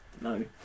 no